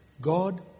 God